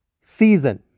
season